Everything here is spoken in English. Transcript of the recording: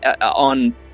on